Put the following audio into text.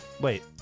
Wait